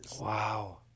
Wow